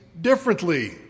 differently